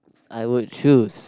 I would choose